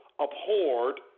abhorred